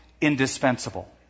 indispensable